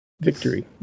Victory